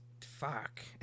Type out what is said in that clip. fuck